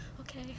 okay